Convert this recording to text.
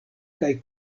kaj